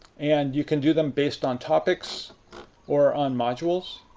and you can do them based on topics or on modules.